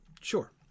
sure